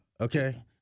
Okay